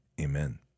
Amen